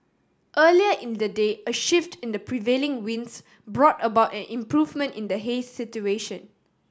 earlier in the day a shift in the prevailing winds brought about an improvement in the haze situation